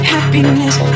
Happiness